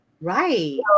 right